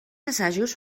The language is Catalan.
assajos